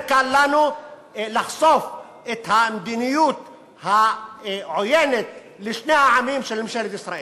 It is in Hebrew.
יותר קל לנו לחשוף את המדיניות העוינת לשני העמים של ממשלת ישראל.